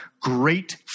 great